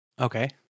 Okay